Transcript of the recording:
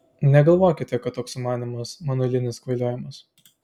negalvokite kad toks sumanymas mano eilinis kvailiojimas